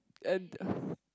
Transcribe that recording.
and